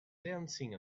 dancing